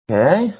Okay